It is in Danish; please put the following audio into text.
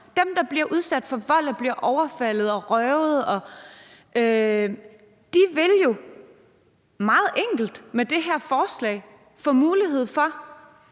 dem, der bliver udsat for vold og bliver overfaldet og røvet. De vil jo meget enkelt med det her forslag få mulighed for